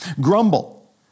Grumble